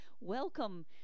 welcome